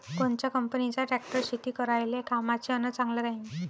कोनच्या कंपनीचा ट्रॅक्टर शेती करायले कामाचे अन चांगला राहीनं?